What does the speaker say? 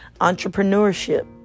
entrepreneurship